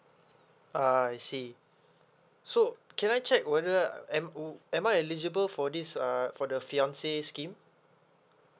ah I see so can I check whether m o am I eligible for this uh for the fiancee scheme